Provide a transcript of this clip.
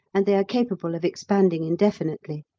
and they are capable of expanding indefinitely.